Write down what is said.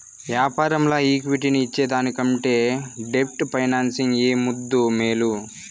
యాపారంల ఈక్విటీని ఇచ్చేదానికంటే డెట్ ఫైనాన్సింగ్ ఏ ముద్దూ, మేలు